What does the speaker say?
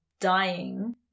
dying